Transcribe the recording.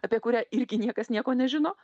apie kurią irgi niekas nieko nežino